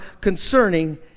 concerning